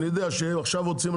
עכשיו,